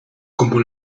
como